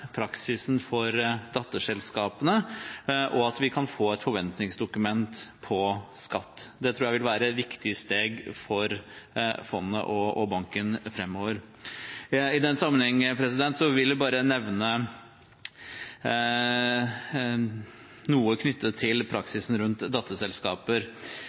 praksisen rundt datterselskaper, og at vi kan få et forventningsdokument om skatt. Det tror jeg vil være et viktig steg for fondet og banken framover. I den sammenheng vil jeg nevne noe knyttet til